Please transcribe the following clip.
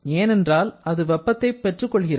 ஏனென்றால் அது வெப்பத்தை பெற்றுக்கொள்கிறது